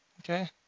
Okay